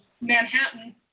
Manhattan